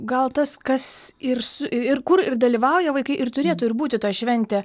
gal tas kas ir su ir kur ir dalyvauja vaikai ir turėtų ir būti ta šventė